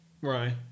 Right